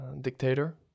dictator